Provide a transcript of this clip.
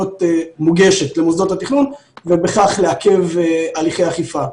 מוגשת למוסדות התכנון ובכך לעכב הליכי אכיפה.